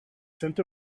sent